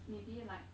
maybe like